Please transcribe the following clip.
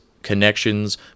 connections